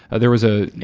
there was a. yeah.